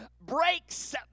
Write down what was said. breaks